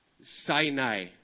Sinai